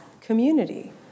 community